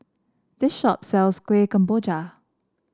this shop sells Kueh Kemboja